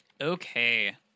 Okay